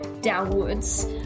downwards